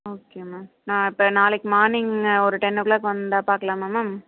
okay ma'am நான் இப்போ நாளைக்கு மார்னிங் ஒரு டென் ஓ க்ளாக் வந்தால் பார்க்கலாமா மேம்